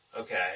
Okay